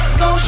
go